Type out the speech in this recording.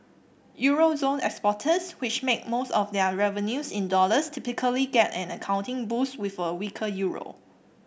euro zone exporters which make most of their revenues in dollars typically get an accounting boost with a weaker euro